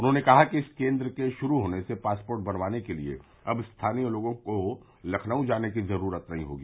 उन्होंने कहा कि इस केन्द्र के शुरू होने से पासपोर्ट बनावाने के लिए अब स्थानीय लोगों को लखनऊ जाने की जरूरत नहीं होगी